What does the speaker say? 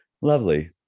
Lovely